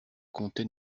comptait